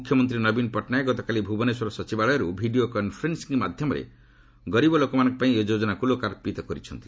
ମୁଖ୍ୟମନ୍ତ୍ରୀ ନବୀନ ପଟ୍ଟନାୟକ ଗତକାଲି ଭୁବନେଶ୍ୱର ସଚିବାଳୟରୁ ଭିଡ଼ିଓ କନ୍ଫରେନ୍ ି ମାଧ୍ୟମରେ ଗରିବ ଲୋକମାନଙ୍କ ପାଇଁ ଏହି ଯୋଜନାକୁ ଲୋକାର୍ପିତ କରିଛନ୍ତି